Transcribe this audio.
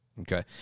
Okay